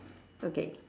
okay